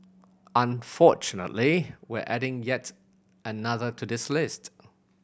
unfortunately we're adding another to this list